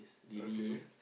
okay